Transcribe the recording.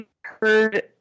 heard